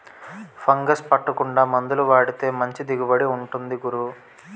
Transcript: fungus పట్టకుండా మందులు వాడితే మంచి దిగుబడి ఉంటుంది గురూ